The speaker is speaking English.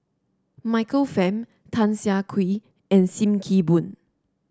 Michael Fam Tan Siah Kwee and Sim Kee Boon